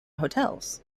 hotels